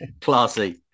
classy